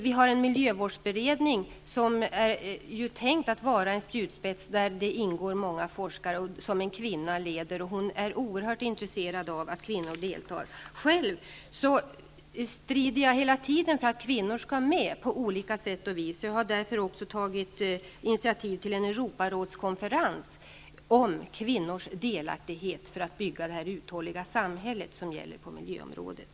Vi har en miljövårdsberedning som ju är tänkt att vara en spjutspets där det ingår många forskare. Den leds av en kvinna. Hon är mycket intresserad av att få kvinnor att delta. Själv strider jag hela tiden för att kvinnor på olika sätt skall vara med. Därför har jag också tagit initiativ till en Europarådskonferens om kvinnors delaktighet på miljöområdet för att bygga det uthålliga samhället.